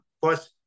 Plus